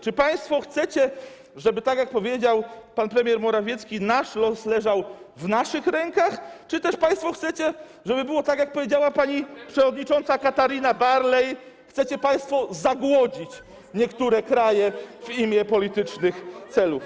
Czy państwo chcecie, żeby, tak jak powiedział pan premier Morawiecki, nasz los leżał w naszych rękach, czy też państwo chcecie, żeby było tak, jak powiedziała pani przewodnicząca Katarina Barley, chcecie państwo „zagłodzić” niektóre kraje w imię politycznych celów?